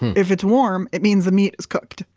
if it's warm, it means the meat is cooked.